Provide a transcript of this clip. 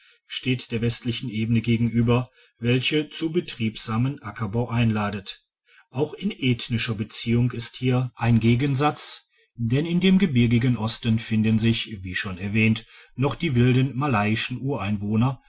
steht der westlichen ebene gegenüber welche zu betriebsamen ackerbau einladet auch in ethnischer beziehung ist hier digitized by google ein gegensatz denn in dem gebirgigen osten finden sich wie schon erwähnt noch die wilden malayischen ureinwohner